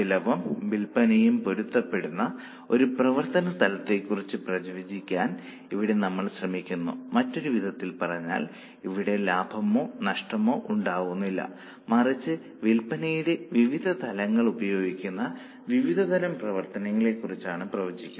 ചെലവും വിൽപ്പനയും പൊരുത്തപ്പെടുന്ന ഒരു പ്രവർത്തന തലത്തെക്കുറിച്ച് പ്രവചിക്കാൻ ഇവിടെ നമ്മൾ ശ്രമിക്കുന്നു മറ്റൊരു വിധത്തിൽ പറഞ്ഞാൽ ഇവിടെ ലാഭമോ നഷ്ടമോ ഉണ്ടാകുന്നില്ല മറിച്ച് വില്പനയുടെ വിവിധ തലങ്ങളിൽ ഉപയോഗിക്കുന്ന വിവിധ തലം പ്രവർത്തനങ്ങളെക്കുറിച്ചാണ് പ്രവചിക്കുന്നത്